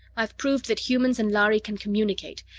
i've proved that humans and lhari can communicate,